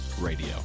radio